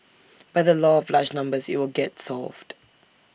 by the law of large numbers IT will get solved